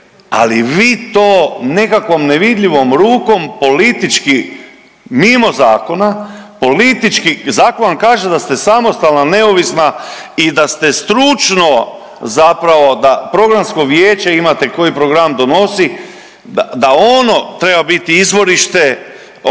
ali vi to nekakvom nevidljivom rukom politički mimo zakona politički, zakon vam kaže da ste samostalna, neovisna i da ste stručno zapravo da Programsko vijeće imate koji program donosi da ono treba biti izvorište